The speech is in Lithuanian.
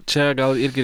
čia gal irgi